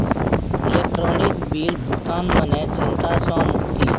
electronic bill भुगतान मने चिंता सँ मुक्ति